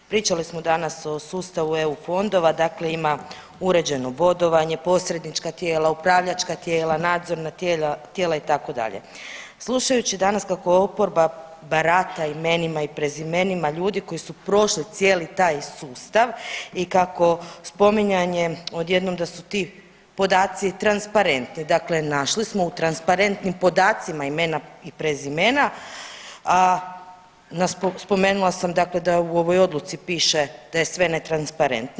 Pričali smo danas o sustavu eu fondova, dakle ima uređeno bodovanje, posrednička tijela, upravljačka tijela, nadzorna tijela itd., slušajući danas kako oporba barata imenima i prezimenima ljudi koji su prošli cijeli taj sustav i kako spominjanjem odjednom da su ti podaci transparentni, dakle našli smo u transparentnim podacima imena i prezimena, a spomenula sam da u ovoj odluci piše da je sve ne transparentno.